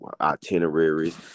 itineraries